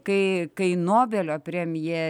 kai kai nobelio premija